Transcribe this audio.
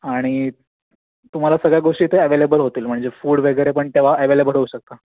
आणि तुम्हाला सगळ्या गोष्टी इथे अवेलेबल होतील म्हणजे फूड वगैरे पण तेव्हा अवेलेबल होऊ शकतं